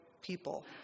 people